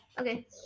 Okay